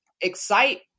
excite